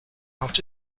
out